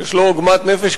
יש לו עוגמת נפש,